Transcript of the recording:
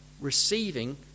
receiving